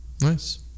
nice